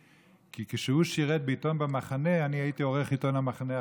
כי כשהוא שירת בעיתון במחנה אני הייתי עורך עיתון המחנה החרדי,